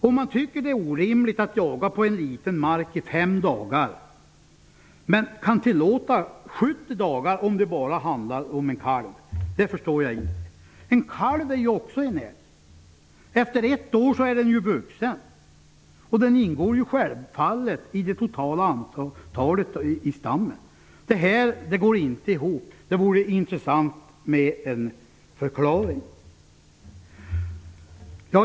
Om man tycker att det är orimligt att jaga på ett litet markområde i 5 dagar, förstår jag inte att man kan tillåta 70 dagar när det handlar om en kalv. En kalv är ju också en älg -- efter ett år är den vuxen. Den ingår självfallet i det totala antalet i stammen. Det här går inte ihop. Det vore intressant att få en förklaring.